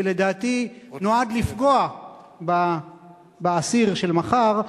שלדעתי נועד לפגוע באסיר של מחר,